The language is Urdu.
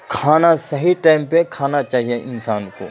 کھانا صحیح ٹائم پہ کھانا چاہیے انسان کو